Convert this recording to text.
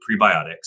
prebiotics